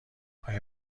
آیا